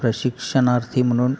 प्रशिक्षणार्थी म्हणून